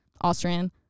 austrian